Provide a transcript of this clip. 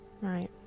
Right